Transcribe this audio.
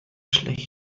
schlecht